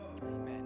Amen